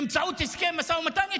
באמצעות הסכם משא ומתן.